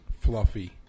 Fluffy